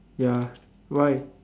ya why